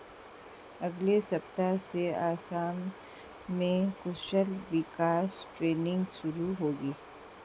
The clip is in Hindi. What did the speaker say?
अगले सप्ताह से असम में कौशल विकास ट्रेनिंग शुरू होगी